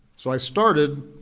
so i started